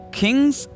kings